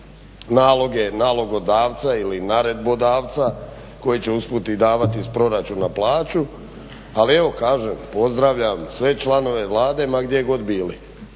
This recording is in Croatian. naloge nalogodavca ili naredbodavca koji će usput i davati iz proračuna plaću, ali evo kažem pozdravljam sve članove Vlade ma gdje god bili.